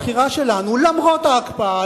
הבחירה שלנו למרות ההקפאה,